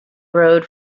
rode